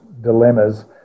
dilemmas